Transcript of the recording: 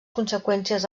conseqüències